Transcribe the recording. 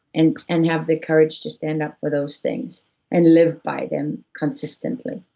and and have the courage to stand up for those things and live by them consistently.